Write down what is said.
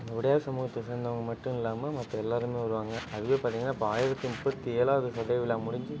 உடையார் சமூகத்தை சேர்ந்தவங்க மட்டும் இல்லாமல் மற்ற எல்லாருமே வருவாங்க அதுவே பார்த்தீங்கனா இப்போ ஆயிரத்து முப்பத்து ஏழாவது சதய விழா முடிஞ்சு